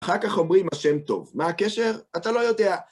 אחר כך אומרים השם טוב. מה הקשר? אתה לא יודע.